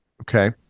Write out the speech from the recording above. Okay